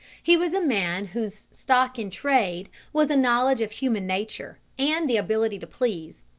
he was a man whose stock-in-trade was a knowledge of human nature, and the ability to please.